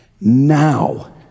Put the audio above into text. now